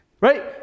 right